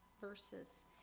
verses